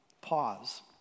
Pause